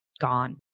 gone